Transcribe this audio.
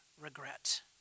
regret